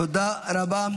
תודה רבה.